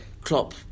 Klopp